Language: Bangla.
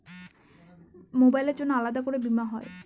মোবাইলের জন্য আলাদা করে বীমা হয়?